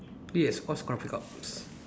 yes all